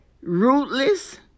rootless